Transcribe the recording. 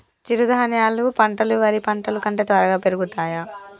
చిరుధాన్యాలు పంటలు వరి పంటలు కంటే త్వరగా పెరుగుతయా?